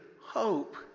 hope